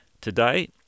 Today